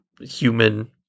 human